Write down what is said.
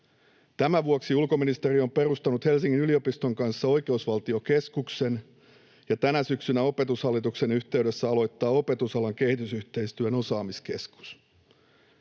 Tämän vuoksi ulkoministeriö on perustanut Helsingin yliopiston kanssa Oikeusvaltiokeskuksen ja tänä syksynä Opetushallituksen yhteydessä aloittaa opetusalan kehitysyhteistyön osaamiskeskus.